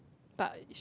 but